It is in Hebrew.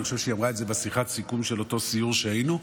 ואני חושב שהיא אמרה את זה בשיחת סיכום של אותו סיור שהיינו בו,